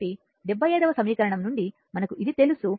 కాబట్టి 75 సమీకరణం నుండి మనకు ఇది తెలుసు